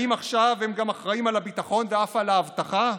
האם עכשיו הם גם אחראים לביטחון ואף לאבטחה?